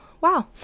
wow